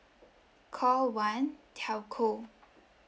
call one telco